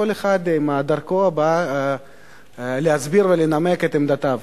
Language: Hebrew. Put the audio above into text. כל אחד בדרכו בא להסביר ולנמק את עמדותיו,